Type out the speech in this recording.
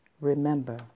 Remember